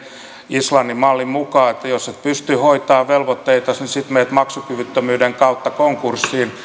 islannin mallin mukaan että jos et pysty hoitamaan velvoitteitasi niin sitten menet maksukyvyttömyyden kautta konkurssiin